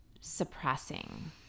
suppressing